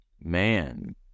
Man